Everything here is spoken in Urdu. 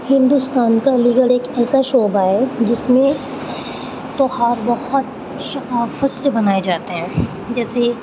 ہندوستان کا علی گڑھ ایک ایسا شعبہ ہے جس میں تہوار بہت شفاقت سے بنائے جاتے ہیں جیسے